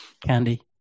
Candy